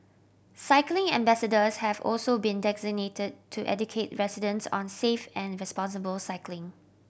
cycling ambassadors have also been designated to educate residents on safe and responsible cycling